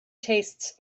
tastes